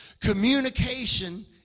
communication